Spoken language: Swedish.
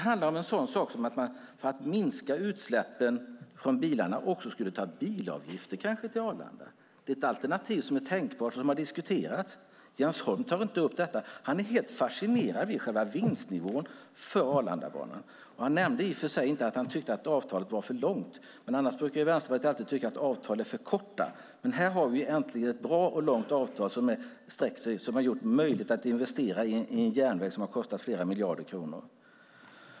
För att minska utsläppen från bilarna skulle man kanske ta bilavgifter till Arlanda. Det är ett alternativ som är tänkbart. Det har diskuterats. Jens Holm tar inte upp det. Han är helt fascinerad av vinstnivån för Arlandabanan. Han nämnde visserligen inte att han tyckte att avtalet var för långt. Vänsterpartiet brukar alltid tycka att avtal är för korta. Här har vi ett långt och bra avtal som har gjort det möjligt att investera i en järnväg som har kostat flera miljarder kronor.